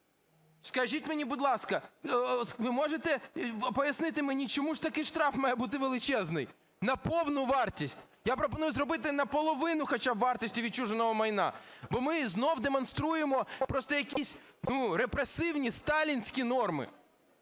Скажіть мені, будь ласка, ви можете пояснити мені, чому ж такий штраф має бути величезний: на повну вартість? Я пропоную зробити наполовину хоча б вартості відчуженого майна. Бо ми знову демонструємо просто якісь, ну, репресивні, сталінські норми.